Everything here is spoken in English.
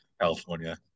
California